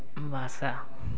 ଭାଷା